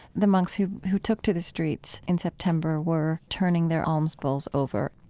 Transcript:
the monks who who took to the streets in september were turning their alms bowls over.